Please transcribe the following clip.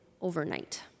overnight